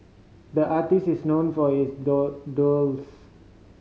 the artist is known for his door